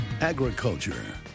Agriculture